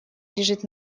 лежит